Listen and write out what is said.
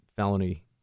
felony